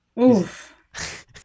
Oof